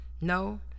No